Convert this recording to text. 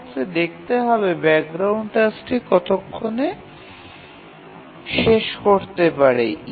সেক্ষেত্রে দেখতে হবে ব্যাকগ্রাউন্ড টাস্কটি কতক্ষণে শেষ করতে পারে